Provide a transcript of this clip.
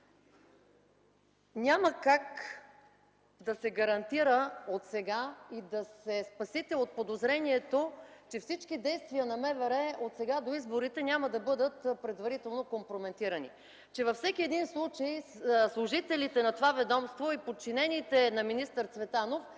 Няма как да се гарантира отсега и да се спасите от подозрението, че всички действия на МВР отсега до изборите, няма да бъдат предварително компрометирани, че във всеки един случай служителите на това ведомство и подчинените на министър Цветанов